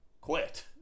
quit